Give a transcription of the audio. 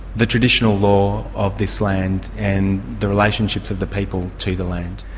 the traditional law of this land, and the relationships of the people to the land.